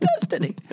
Destiny